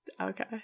okay